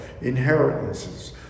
inheritances